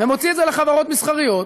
ומוציא את זה לחברות מסחריות.